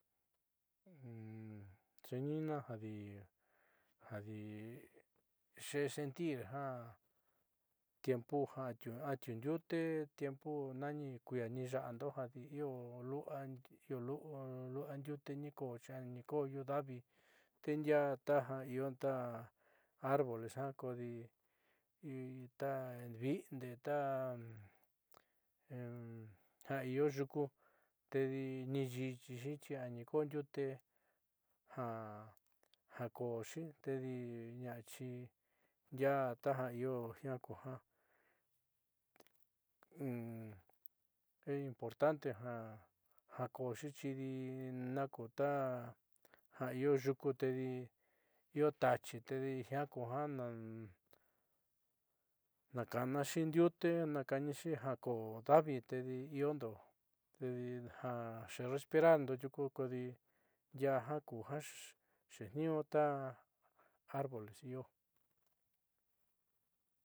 Xeeni'inina jadi jadi xesentir ja tiempo ja atiu ndiute tiempo nani kui'ia nixa'ando jadi io lu'ua ndiute ni ko'o xi anikoóyu davi te ndiaá taja io ta arboles jo kodi ta vinde ja io yuku ni yiixixi chi a nikoo ndiute ja jako'oxi tedi ña'aeni ndiaa taja io jiaa kuja es importante jakooxi chidi nakuta ja io yuku tedi io taachi tedi jiaa kuja naakaanaxi ndiute naakaanaxi ja koo davi tedi iondo ja respirando tiuku kodi ndiaá kuja xeetniiñu ta arboles io.